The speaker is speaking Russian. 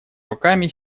руками